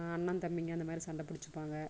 அண்ணன் தம்பிங்க இந்த மாதிரி சண்டை பிடிச்சிப்பாங்க